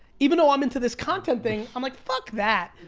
even though i'm into this content thing, i'm like, fuck that.